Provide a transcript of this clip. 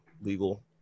legal